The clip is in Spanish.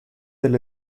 del